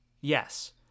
Yes